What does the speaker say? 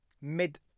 Mid